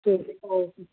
ٹھیک ہے اوکے